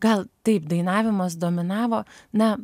gal taip dainavimas dominavo na